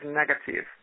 negative